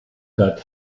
got